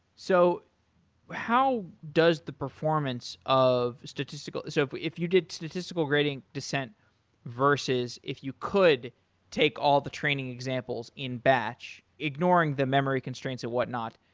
so how does the performance of statistical so if if you did statistical grading descent versus if you could take all the training examples in batch, ignoring the memory constraints and whatnot,